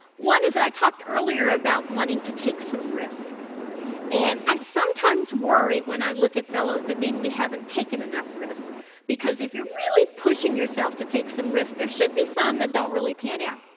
one is that i talked earlier about wanting to take some risk and i sometimes worry when i look at fellows that maybe we haven't taken enough risk because if you're really pushing yourself to take some risk, there should be some that don't really pan out.